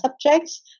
subjects